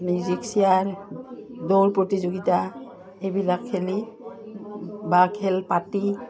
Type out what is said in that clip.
music chair দৌৰ প্ৰতিযোগিতা সেইবিলাক খেলি বা খেল পাতি